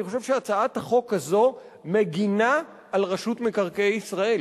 אני חושב שהצעת החוק מגינה על רשות מקרקעי ישראל,